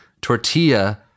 tortilla